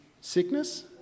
sickness